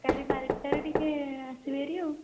କାଲି ବାରଟାରେ ଟିକେ ଆସିବେ ହେରି ଆଉ